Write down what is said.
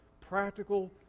practical